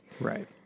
right